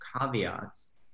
caveats